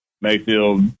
Mayfield